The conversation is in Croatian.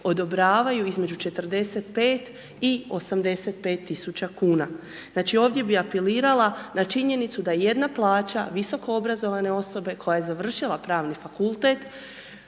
odobravaju između 45 i 85.000,00 kn. Znači, ovdje bi apelirala na činjenicu da jedna plaća visokoobrazovane osobe koja je završila Pravni fakultet,